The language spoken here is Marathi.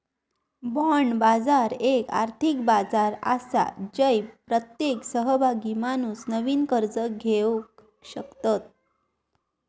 बाँड बाजार एक आर्थिक बाजार आसा जय प्रत्येक सहभागी माणूस नवीन कर्ज घेवक शकता